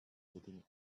sitting